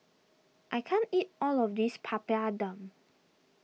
I can't eat all of this Papadum